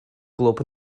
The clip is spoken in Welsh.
glwb